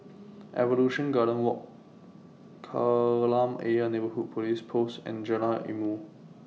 Evolution Garden Walk Kolam Ayer Neighbourhood Police Post and Jalan Ilmu